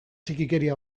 txikikeria